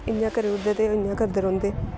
इ'यां करी ओड़दे ते इ'यां करदे रौंह्दे